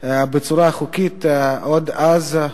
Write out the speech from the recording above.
בצורה חוקית עוד אז.